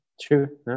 True